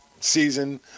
season